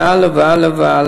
וכן הלאה.